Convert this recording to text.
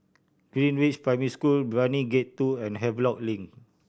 Greenridge Primary School Brani Gate Two and Havelock Link